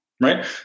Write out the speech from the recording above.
right